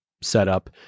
setup